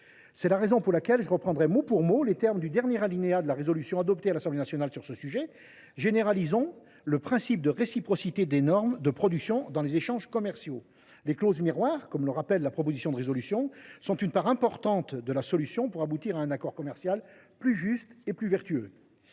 mais faire autrement. Je reprendrai donc mot pour mot les termes du dernier alinéa de la résolution adoptée à l’Assemblée nationale sur ce sujet : généralisons le « principe de réciprocité des normes de production dans les échanges commerciaux ». Les clauses miroirs, comme cela est rappelé dans la proposition de résolution, sont une part importante de la solution pour aboutir à un accord commercial plus juste et plus vertueux.